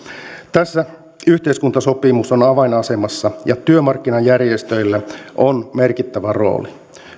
tässä yhteiskuntasopimus on on avainasemassa ja työmarkkinajärjestöillä on merkittävä rooli